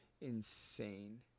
insane